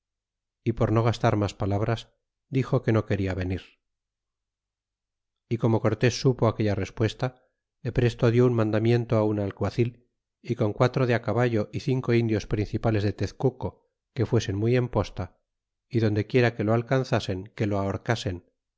y por no gastar mas palabras dixo que no queda venir y como cortés supo aquella respuesta de presto dió un mandamiento un alguacil y con quatro de caballo y cinco indios principales de tezcuco que fuesen muy en posta y donde quiera que lo alcanzasen que lo ahorcasen